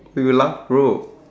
we will laugh bro